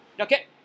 okay